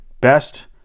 best